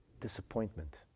disappointment